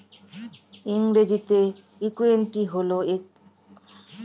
ইংরেজিতে ইক্যুইটি হল এক ধরণের পুঁজি যেটা কোম্পানির শেয়ার হোল্ডাররা ফেরত দেয়